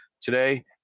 today